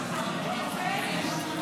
חובת מינוי ממלא מקום ראש הממשלה) לא נתקבלה.